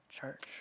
Church